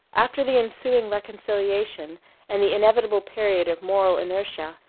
after the ensuing reconciliation and the inevitable period of moral inertia,